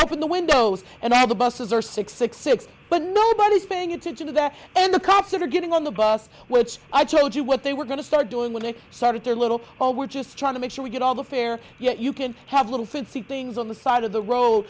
open the windows and add the buses are six six six but nobody's paying attention to that and the cops are getting on the bus which i told you what they were going to start doing when they started their little oh we're just trying to make sure we get all the fair yet you can have a little fixing things on the side of the road